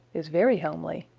is very homely.